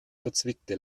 verzwickte